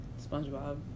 Spongebob